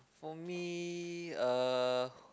for me uh